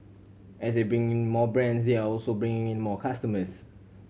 as they bring in more brands they are also bringing in more customers